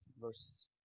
Verse